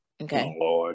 okay